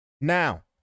Now